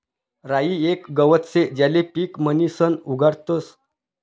राई येक गवत शे ज्याले पीक म्हणीसन उगाडतस